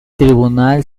tribunal